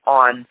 on